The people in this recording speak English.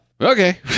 okay